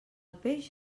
peix